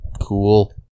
cool